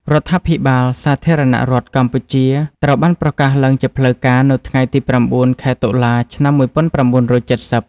រដ្ឋាភិបាលសាធារណរដ្ឋកម្ពុជាត្រូវបានប្រកាសឡើងជាផ្លូវការ នៅថ្ងៃទី៩ ខែតុលា ឆ្នាំ១៩៧០។